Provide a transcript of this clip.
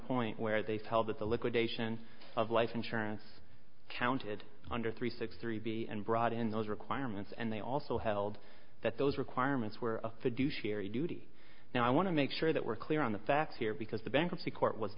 point where they've held that the liquidation of life insurance counted under three six three b and brought in those requirements and they also held that those requirements were a fiduciary duty now i want to make sure that we're clear on the facts here because the bankruptcy court was